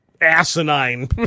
asinine